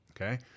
okay